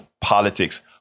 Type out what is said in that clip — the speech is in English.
politics